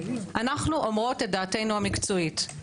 אנו אומרות את דעתנו המקצועית.